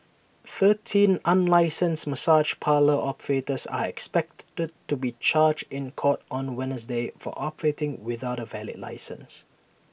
thirteen unlicensed massage parlour operators are expected to be charged in court on Wednesday for operating without A valid licence